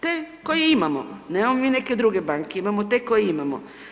Te koje imamo, nemamo mi neke druge banke, imamo te koje imamo.